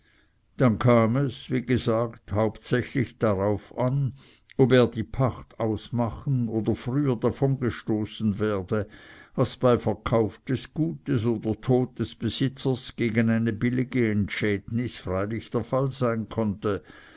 dann kam es wie gesagt hauptsächlich darauf an ob er die pacht ausmachen oder früher davongestoßen werde was bei verkauf des gutes oder tod des besitzers gegen eine billige entschädnis freilich der fall sein konnte